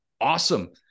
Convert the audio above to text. Awesome